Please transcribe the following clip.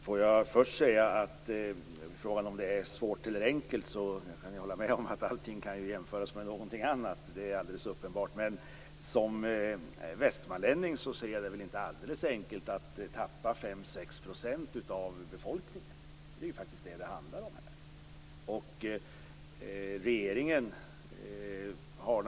Fru talman! Får jag först säga att vad gäller frågan om det här är svårt eller enkelt kan jag hålla med om att allt ju kan jämföras med någonting annat. Det är alldeles uppenbart. Men som västmanlänning ser jag det väl inte alldeles enkelt att tappa 5-6 % av befolkningen. Det är ju faktiskt det som det handlar om här.